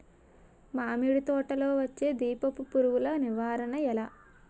మామిడి తోటలో వచ్చే దీపపు పురుగుల నివారణ ఎలా?